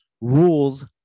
rules